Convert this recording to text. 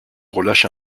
relâche